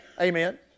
Amen